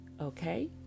Okay